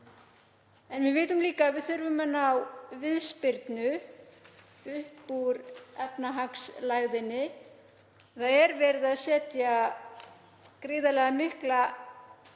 En við vitum líka að við þurfum að ná viðspyrnu upp úr efnahagslægðinni og verið er að setja gríðarlega mikla